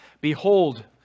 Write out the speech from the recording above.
Behold